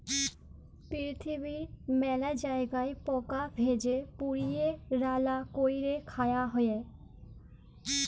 পিরথিবীর মেলা জায়গায় পকা ভেজে, পুড়িয়ে, রাল্যা ক্যরে খায়া হ্যয়ে